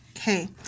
Okay